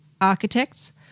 architects